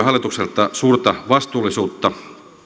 hallitukselta suurta vastuullisuutta